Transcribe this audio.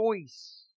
choice